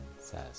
says